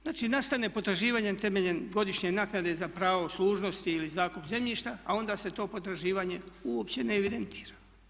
Znači nastane potraživanje temeljem godišnje naknade za pravo služnosti ili zakup zemljišta a onda se to potraživanje uopće ne evidentira.